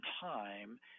time